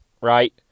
right